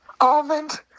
Almond